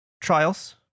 trials